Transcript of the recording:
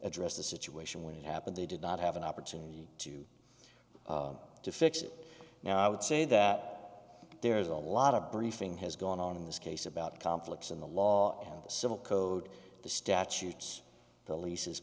address the situation when it happened they did not have an opportunity to fix it now i would say that there is a lot of briefing has gone on in this case about conflicts in the law and the civil code the statutes the leases